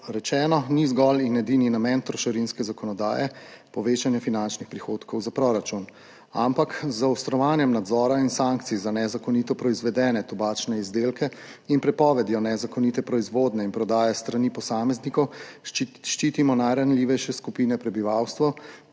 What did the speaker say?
rečeno, ni zgolj in edini namen trošarinske zakonodaje povečanje finančnih prihodkov za proračun, ampak z zaostrovanjem nadzora in sankcij za nezakonito proizvedene tobačne izdelke in prepovedjo nezakonite proizvodnje in prodaje s strani posameznikov ščitimo najranljivejše skupine prebivalstva,